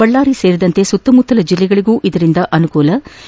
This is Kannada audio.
ಬಳ್ಳಾರಿ ಸೇರಿದಂತೆ ಸುತ್ತಮುತ್ತಲ ಜಲ್ಲೆಗಳಿಗೂ ಇದರಿಂದ ಅನುಕೂಲವಾಗಲಿದೆ